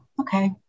Okay